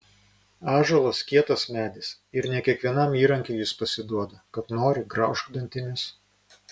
ąžuolas kietas medis ir ne kiekvienam įrankiui jis pasiduoda kad nori graužk dantimis